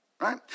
right